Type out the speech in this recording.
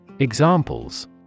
Examples